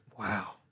Wow